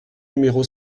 numéro